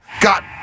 got